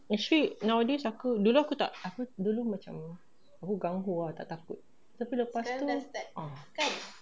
actually nowadays dulu aku aku dulu macam aku gung-ho ah tak takut tapi lepas tu ah